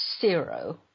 zero